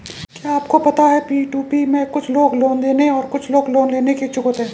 क्या आपको पता है पी.टू.पी में कुछ लोग लोन देने और कुछ लोग लोन लेने के इच्छुक होते हैं?